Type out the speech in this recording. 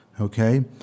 okay